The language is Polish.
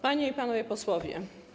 Panie i Panowie Posłowie!